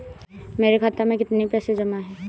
मेरे खाता में कितनी पैसे जमा हैं?